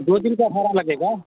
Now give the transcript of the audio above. दो दिन का भाड़ा लगेगा